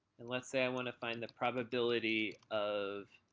and let's say i want to find the probability of